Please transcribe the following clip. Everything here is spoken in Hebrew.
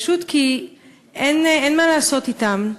פשוט כי אין מה לעשות אתם.